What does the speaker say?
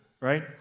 right